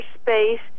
space